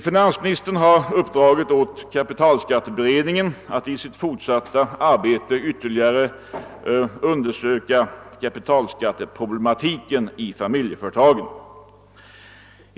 Finansministern har uppdragit åt kapitalskatteberedningen att i sitt fortsatta arbete ytterligare undersöka kapitalskatteproblematiken i familjeförtagen.